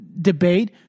debate